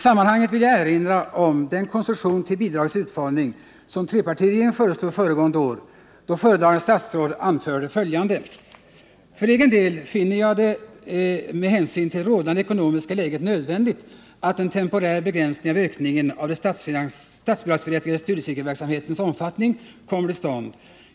I sammanhanget vill jag erinra om den konstruktion till bidragets utformning som trepartiregeringen föreslog föregående år, då föredragande statsrådet anförde följande: ”För egen del finner jag det med hänsyn till det rådande ekonomiska läget nödvändigt att en temporär begränsning av ökningen av den statsbidragsberättigade studiecirkelverksamhetens omfattning kommer till stånd.